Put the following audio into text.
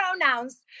pronouns